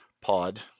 pod